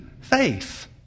Faith